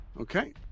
Okay